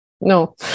No